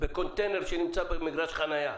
בקונטיינר שנמצא במגרש חניה.